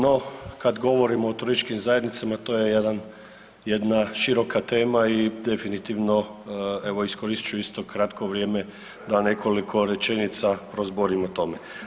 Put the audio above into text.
No kad govorimo o turističkim zajednicama to je jedan, jedna široka tema i definitivno evo iskoristit ću isto kratko vrijeme da nekoliko rečenica prozborim o tome.